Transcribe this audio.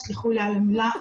תסלחו לי על המילה,